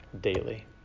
daily